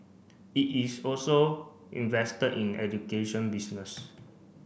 it is also invested in education business